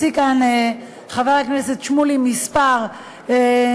הציג כאן חבר הכנסת שמולי כמה דוגמאות